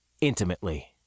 intimately